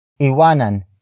Iwanan